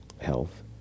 health